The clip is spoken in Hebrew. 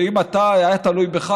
שאם זה היה תלוי בך,